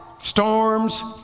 storms